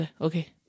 Okay